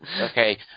okay